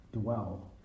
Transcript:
Dwell